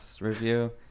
review